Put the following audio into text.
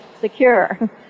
secure